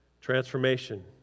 transformation